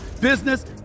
business